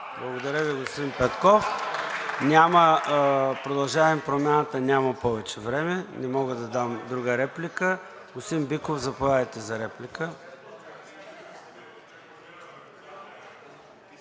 Благодаря Ви, господин Петков. „Продължаваме Промяната“ няма повече време, не мога да дам друга реплика. Господин Биков, заповядайте.